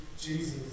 Jesus